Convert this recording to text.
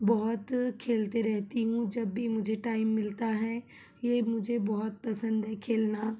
बहुत खेलते रहती हूँ जब भी मुझे टाइम मिलता है यह मुझे बहुत पसंद है खेलना